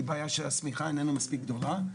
היא הבעיה שהשמיכה איננה מספיק גדולה,